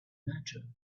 matter